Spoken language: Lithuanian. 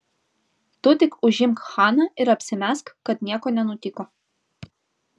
tu tik užimk haną ir apsimesk kad nieko nenutiko